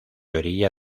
orilla